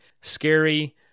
Scary